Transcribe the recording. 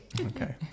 Okay